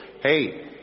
Hey